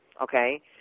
Okay